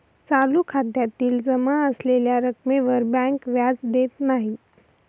चालू खात्यातील जमा असलेल्या रक्कमेवर बँक व्याज देत नाही